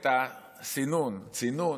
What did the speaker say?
צינון,